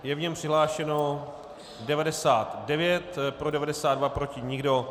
Je v něm přihlášeno 99, pro 92, proti nikdo.